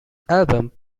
album